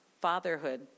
fatherhood